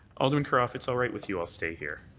alderman carra, if it's all right with you, i'll stay here.